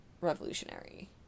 revolutionary